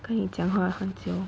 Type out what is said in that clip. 跟你讲话很久